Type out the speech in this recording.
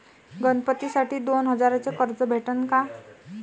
गणपतीसाठी दोन हजाराचे कर्ज भेटन का?